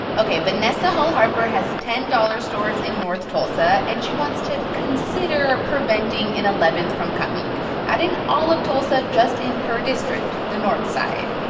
ok. vanessa hall-harper has ten dollar stores in north tulsa. and she wants to consider preventing an eleventh from coming not in all of tulsa, just in her district, the north side.